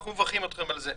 ואנחנו מברכים אתכם על זה.